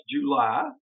July